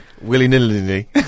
willy-nilly